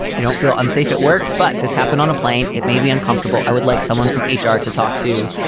i don't feel unsafe at work, but this happened on a plane. it made me uncomfortable. i would like someone from h r. to talk to,